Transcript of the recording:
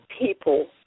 people